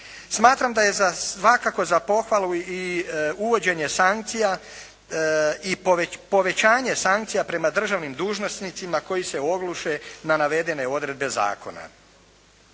Smatram da je svakako za pohvalu i uvođenje sankcija i povećanje sankcija prema državnim dužnosnicima koji se ogluše na navedene odredbe zakona.